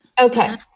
Okay